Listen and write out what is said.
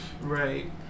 Right